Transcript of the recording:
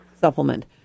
supplement